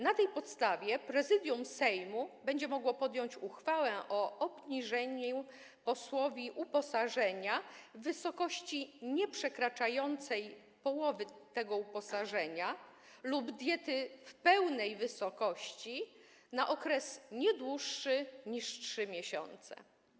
Na tej podstawie Prezydium Sejmu będzie mogło podjąć uchwałę o obniżeniu posłowi uposażenia do wysokości nieprzekraczającej połowy tego uposażenia lub diety w pełnej wysokości na okres nie dłuższy niż 3 miesiące.